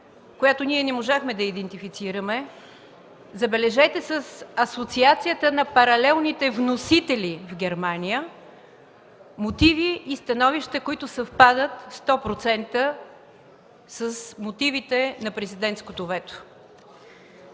която ние не можахме да идентифицираме, забележете, с Асоциацията на паралелните вносители в Германия – мотиви и становища, които съвпадат на сто процента с мотивите на президентското вето.